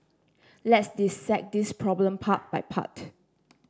let's dissect this problem part by part